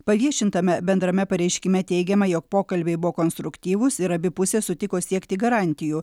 paviešintame bendrame pareiškime teigiama jog pokalbiai buvo konstruktyvūs ir abi pusės sutiko siekti garantijų